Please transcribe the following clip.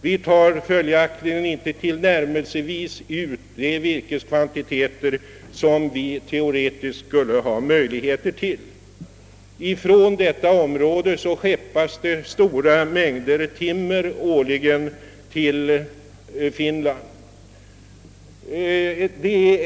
Vi avverkar inte tillnärmelsevis de virkeskvantiteter som vi teoretiskt har möjlighet att göra. Från det område det här gäller skeppas årligen stora mängder timmer till Finland.